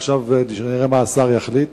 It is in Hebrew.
עכשיו נראה מה השר יחליט.